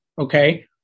okay